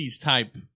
type